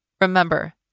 Remember